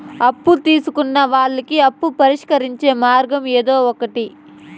అప్పు తీసుకున్న వాళ్ళకి అప్పు పరిష్కరించే మార్గం ఇదొకటి